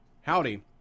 Howdy